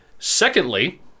Secondly